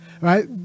right